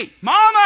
Mama